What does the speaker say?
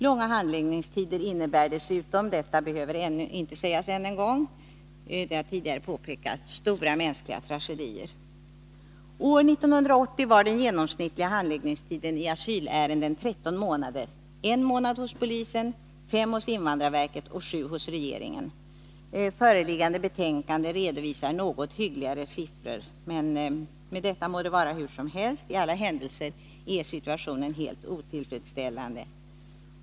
Långa handläggningstider innebär dessutom — detta har tidigare påpekats, och det behöver inte sägas än en gång — stora mänskliga tragedier. År 1980 var den genomsnittliga handläggningstiden i asylärenden 13 månader: en månad hos polisen, fem hos invandrarverket och sju hos regeringen. I föreliggande betänkande redovisas något hyggligare siffror. Med detta må det vara hur som helst — i alla händelser är situationen helt otillfredsställande.